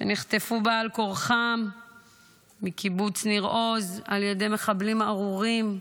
שנחטפו בעל כורחם מקיבוץ ניר עוז על ידי מחבלים ארורים,